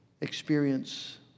experience